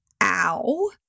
ow